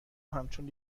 همچون